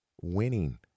Winning